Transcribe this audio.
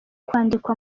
kwandikwa